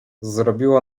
zrobiło